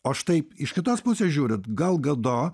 o štai iš kitos pusės žiūrint gal gado